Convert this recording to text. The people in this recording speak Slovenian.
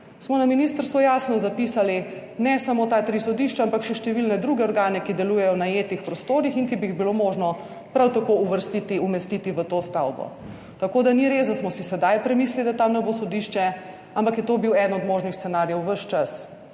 smo na ministrstvu jasno zapisali, ne samo ta tri sodišča, ampak še številne druge organe, ki delujejo v najetih prostorih in ki bi jih bilo možno prav tako umestiti v to stavbo. Tako ni res, da smo si sedaj premislili, da tam ne bo sodišče, ampak je to bil eden od možnih scenarijev ves čas;